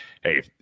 hey